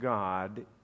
God